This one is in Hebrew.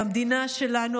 במדינה שלנו,